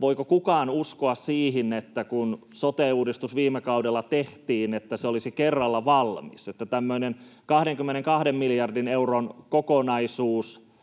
voiko kukaan uskoa siihen, kun sote-uudistus viime kaudella tehtiin, että se olisi kerralla valmis, että tämmöinen 22 miljardin euron kokonaisuus,